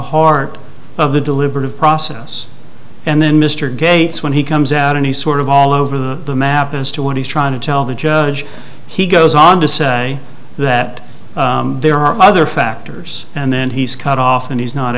heart of the deliberative process and then mr gates when he comes out and he sort of all over the map as to what he's trying to tell the judge he goes on to say that there are other factors and then he's cut off and he's not